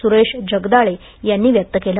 सूरेश जगदाळे यांनी व्यक्त केले